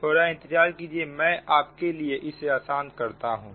थोड़ा इंतजार कीजिए मैं आपके लिए इसे आसान करता हूं